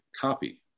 Copy